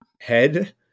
head